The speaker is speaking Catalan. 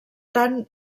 tant